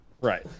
right